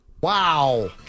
Wow